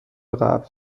قبل